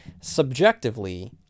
subjectively